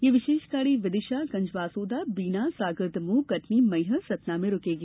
यह विशेष गाड़ी विदिशा गंजबासोदा बीना सागर दमोह कटनी मैहर सतना में रूकेगी